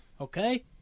Okay